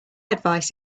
advice